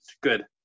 good